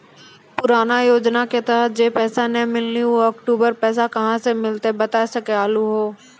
पुराना योजना के तहत जे पैसा नै मिलनी ऊ अक्टूबर पैसा कहां से मिलते बता सके आलू हो?